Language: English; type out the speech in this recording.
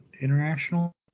international